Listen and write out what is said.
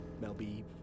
Melby